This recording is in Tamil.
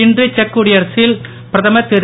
இன்று செக் குடியரசின் பிரதமர் திரு